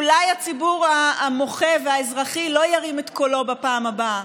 אולי הציבור המוחה והאזרחי לא ירים את קולו בפעם הבאה,